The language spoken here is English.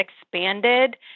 expanded